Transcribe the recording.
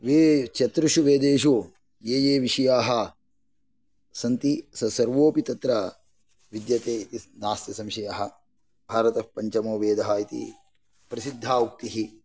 वे चतुर्षु वेदेषु ये ये विषयाः सन्ति सर्वोपि तत्र विद्यते इति नास्ति संशयः भारतपञ्चमोवेदः इति प्रसिद्धा उक्तिः